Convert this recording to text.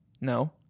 no